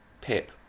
Pip